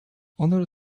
other